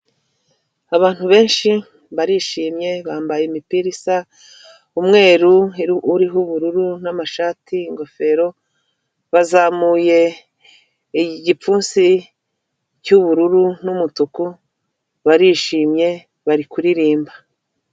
Abantu benshi barishimye bambaye imipira isa umweru iriho ubururu, n'amashati igofero, bazamuye igipfunsi cy'ubururu n'umutuku barishimye bari kuririmba.